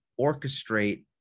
orchestrate